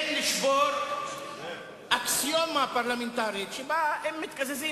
עוד הרבה זמן והרבה סבלנות שצריכה להיות לקואליציה ולאופוזיציה.